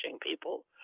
people